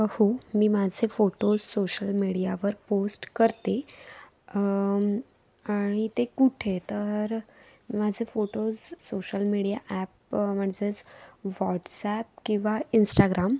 ह हो मी माझे फोटोज सोशल मीडियावर पोस्ट करते आणि ते कुठे तर माझे फोटोज सोशल मीडिया ॲप म्हणजेच व्हॉट्सॲप किंवा इंस्टाग्राम